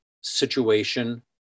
situation